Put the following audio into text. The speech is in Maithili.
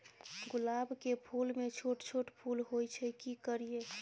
गुलाब के फूल में छोट छोट फूल होय छै की करियै?